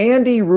Andy